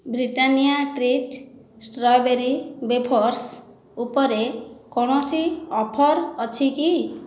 Britannia treat strawberry wafers ଉପରେ କୌଣସି offer ଅଛି କି